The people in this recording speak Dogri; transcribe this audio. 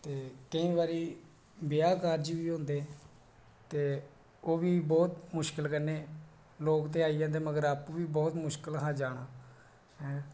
ते केईं बारी ब्याह् कारज़ बी होंदे ते ओह्बी बहुत मुश्कल कन्नै लोक ते आई जंदे पर आपूं बी बहुत ई मुश्कल हा जाना ऐं